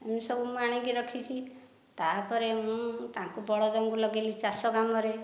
ଏମିତି ସବୁ ମୁଁ ଆଣିକି ରଖିଛି ତାପରେ ମୁଁ ତାଙ୍କୁ ବଳଦଙ୍କୁ ଲଗେଇଲି ଚାଷ କାମରେ